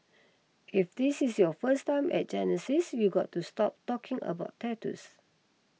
if this is your first time at Genesis you've got to stop talking about tattoos